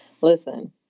listen